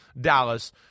Dallas